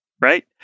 right